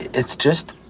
it's just.